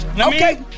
Okay